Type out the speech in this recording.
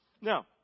Now